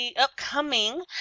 Upcoming